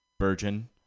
Virgin